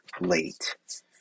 late